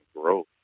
growth